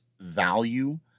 value